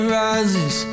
rises